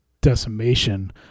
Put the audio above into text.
decimation